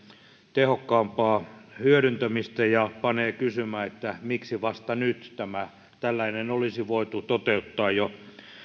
tehokkaampaa hyödyntämistä ja panee kysymään miksi vasta nyt tämä tällainen olisi voitu toteuttaa jo